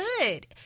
good